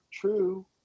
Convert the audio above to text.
true